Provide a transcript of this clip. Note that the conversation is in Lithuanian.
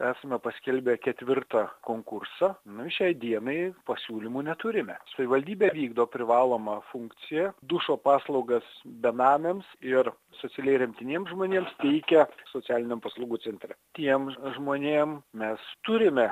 esame paskelbę ketvirtą konkursą nu šiai dienai pasiūlymų neturime savivaldybė vykdo privalomą funkciją dušo paslaugas benamiams ir socialiai remtiniems žmonėms teikia socialiniam paslaugų centre tiem žmonėm mes turime